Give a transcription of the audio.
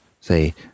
say